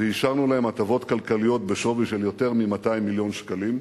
ואישרנו להם הטבות כלכליות בשווי של יותר מ-200 מיליון שקלים.